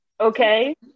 Okay